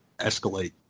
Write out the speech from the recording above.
escalate